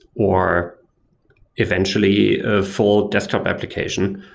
or eventually a full desktop application.